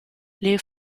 les